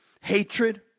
Hatred